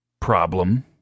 problem